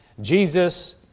Jesus